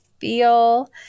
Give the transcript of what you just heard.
feel